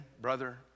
brother